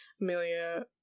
amelia